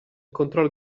controllo